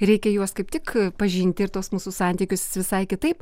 ir reikia juos kaip tik pažinti ir į tuos mūsų santykius visai kitaip